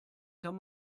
kann